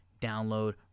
download